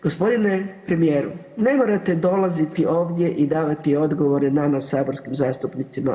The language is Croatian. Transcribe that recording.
Gospodine premijeru, ne morate dolaziti ovdje i davati odgovore nama saborskim zastupnicima.